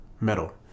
metal